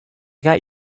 got